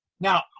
Now